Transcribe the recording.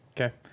Okay